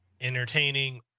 entertaining